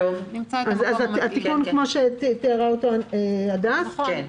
התיקון הוא כפי שתיארה הדס אגמון.